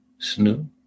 snoo